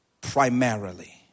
Primarily